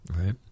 right